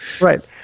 Right